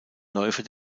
läufer